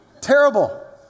Terrible